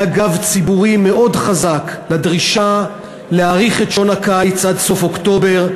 היה גב ציבורי מאוד חזק לדרישה להאריך את שעון הקיץ עד סוף אוקטובר,